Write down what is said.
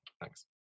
Thanks